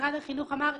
ומשרד החינוך אמר,